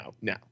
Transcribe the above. no